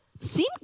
seem